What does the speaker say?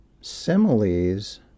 similes